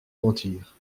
mentir